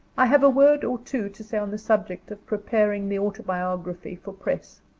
i have a word or two to say on the subject of preparing the autobiography for press.